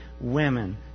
women